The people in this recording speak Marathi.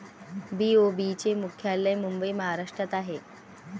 बी.ओ.बी चे मुख्यालय मुंबई महाराष्ट्रात आहे